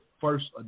first